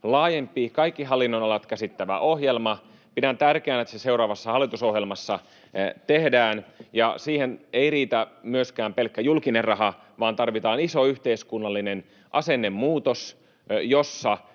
laajempi, kaikki hallinnonalat käsittävä ohjelma. Pidän tärkeänä, että se seuraavassa hallitusohjelmassa tehdään, ja siihen ei riitä myöskään pelkkä julkinen raha, vaan tarvitaan iso yhteiskunnallinen asennemuutos, jossa